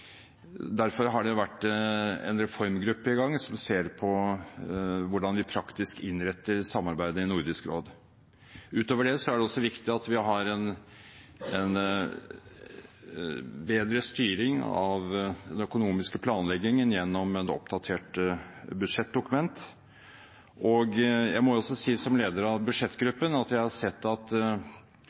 Derfor har det vært en reformgruppe i gang som ser på hvordan vi praktisk innretter samarbeidet i Nordisk råd. Utover det er det viktig at vi har en bedre styring av den økonomiske planleggingen gjennom et oppdatert budsjettdokument. Jeg må som leder av budsjettgruppen også si at jeg har sett at